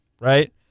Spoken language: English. right